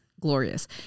glorious